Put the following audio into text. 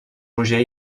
roger